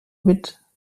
mit